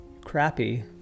crappy